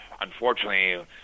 unfortunately